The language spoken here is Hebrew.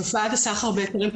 התופעה של סחר בהיתרים,